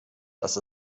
dass